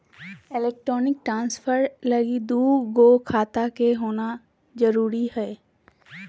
electronic transfer लगी दू गो खाता के होना जरूरी हय